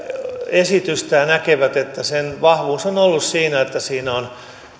esitystä ja näkevät että sen vahvuus on ollut siinä että siinä on